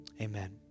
Amen